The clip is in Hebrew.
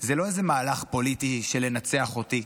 לא איזה מהלך פוליטי של לנצח אותי,